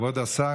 כבוד השר.